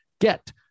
get